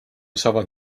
saavad